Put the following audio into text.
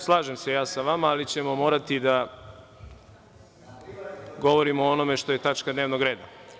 Slažem se ja sa vama, ali ćemo morati da govorimo o onome što je tačka dnevnog reda.